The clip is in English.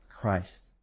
Christ